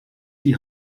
die